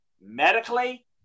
Medically